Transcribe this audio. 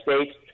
States